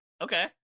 okay